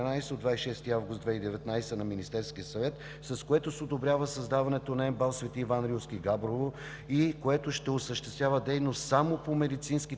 от 26 август 2019 г. на Министерския съвет, с което се одобрява създаването на МБАЛ „Свети Иван Рилски“ – Габрово, и което ще осъществява дейност само по медицинските